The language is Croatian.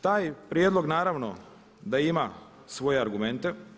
Taj prijedlog naravno da ima svoje argumente.